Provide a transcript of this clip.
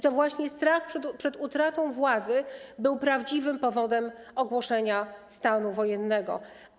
To właśnie strach przed utratą władzy był prawdziwym powodem ogłoszenia stanu wojennego.